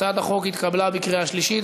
הצעת החוק התקבלה בקריאה שלישית,